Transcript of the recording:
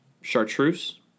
chartreuse